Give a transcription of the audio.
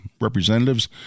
representatives